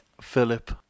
Philip